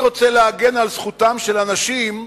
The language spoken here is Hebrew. אני רוצה להגן על זכותם של אנשים